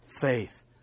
faith